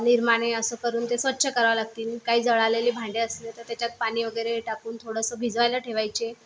निरमाने आसं करून ते स्वच्छ करावे लागतील काही जळालेले भांडे असले तर त्याच्यात पाणी वगैरे टाकून थोडंसं भिजवायला ठेवायचे